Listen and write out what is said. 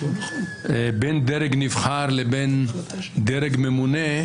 בין דרג נבחר לדרג ממונה,